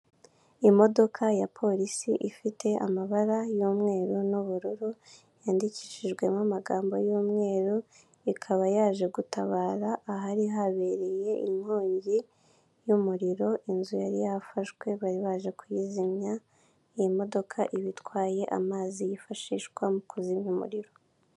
Imodoka ya polisi ifite amabara y'umweru n'ubururu yandikishijwemo amagambo y'umweru, ikaba yaje gutabara ahari habereye inkongi y'umuriro inzu yari yafashwe bari baje kuyizimya iyi modoka iba itwaye amazi yifashishwa mu kuzimya umuriro.